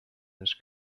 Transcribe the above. this